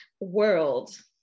world